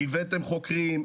הבאתם חוקרים,